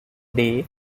day